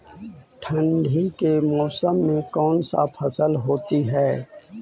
ठंडी के मौसम में कौन सा फसल होती है?